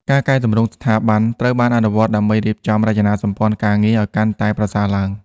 ការកែទម្រង់ស្ថាប័ន ត្រូវបានអនុវត្តដើម្បីរៀបចំរចនាសម្ព័ន្ធការងារឱ្យកាន់តែប្រសើរឡើង។